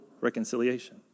reconciliation